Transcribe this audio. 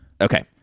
okay